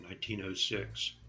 1906